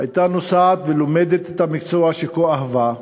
הייתה נוסעת ולומדת בחיפה את המקצוע שכה אהבה,